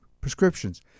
prescriptions